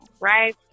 right